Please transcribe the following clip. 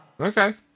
Okay